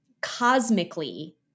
cosmically